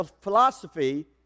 philosophy